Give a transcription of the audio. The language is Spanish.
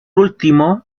último